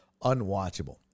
unwatchable